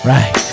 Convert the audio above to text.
Right